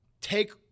Take